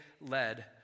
led